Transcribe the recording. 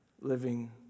living